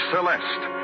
Celeste